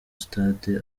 stade